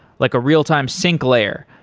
like a real-time sync layer,